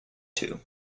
two